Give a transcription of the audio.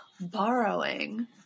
borrowing